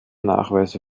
nachweise